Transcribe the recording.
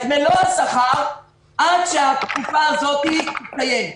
את מלוא השכר עד שהתקופה הזאת תסתיים.